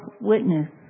witness